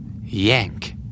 Yank